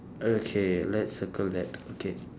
okay let's circle that okay